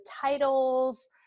titles